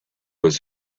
his